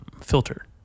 filter